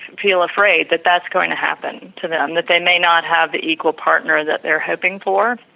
feel afraid that that's going to happen to them that they may not have the eco partner that they are hoping for.